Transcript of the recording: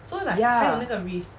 ya